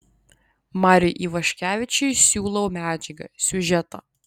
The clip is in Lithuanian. mariui ivaškevičiui siūlau medžiagą siužetą